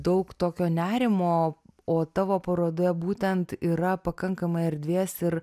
daug tokio nerimo o tavo parodoje būtent yra pakankamai erdvės ir